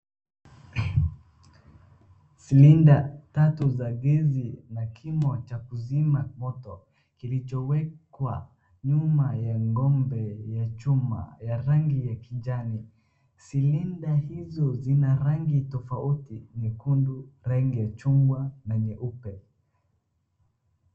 cylinder tatu za gesi na kimo cha kuzima moto kilichowekwa nyuma ya ngombe ya chuma ya rangi ya kijani, cylinder hizo zina rangi tofauti nyekundu, rangi ya chungwa na nyeupe.